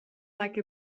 like